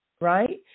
right